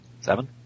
Seven